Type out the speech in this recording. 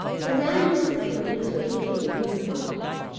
and then disappeared into a cave in the rocks.